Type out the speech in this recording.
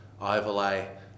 overlay